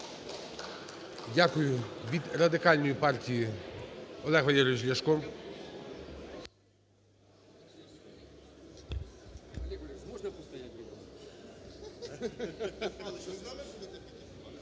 Дякую. Від Радикальної партія Олег Валерійович Ляшко.